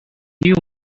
new